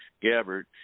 Gabbard